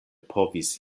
povis